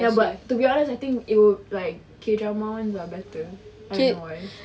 ya but to be honest I think it'll like K drama ones are better I don't know why